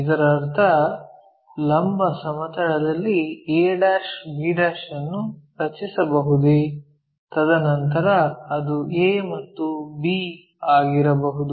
ಇದರರ್ಥ ಲಂಬ ಸಮತಲದಲ್ಲಿ a b ಅನ್ನು ರಚಿಸಬಹುದೇ ತದನಂತರ ಅದು a ಮತ್ತು b ಆಗಿರಬಹುದು